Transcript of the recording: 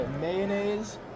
mayonnaise